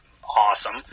Awesome